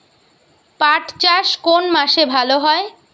পাট চাষ কোন মাসে ভালো হয়?